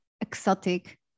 exotic